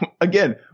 again